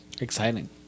Exciting